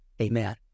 Amen